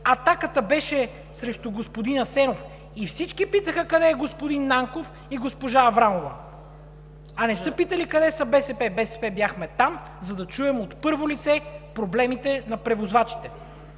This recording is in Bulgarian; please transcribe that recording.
атаката беше срещу господин Асенов и всички питаха къде е господин Нанков и госпожа Аврамова, а не са питали къде са БСП. БСП бяхме там, за да чуем от първо лице проблемите на превозвачите.